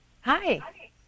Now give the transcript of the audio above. Hi